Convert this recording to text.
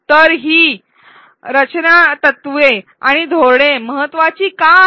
तर ही रचनेची तत्त्वे आणि धोरणे महत्त्वाची का आहेत